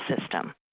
system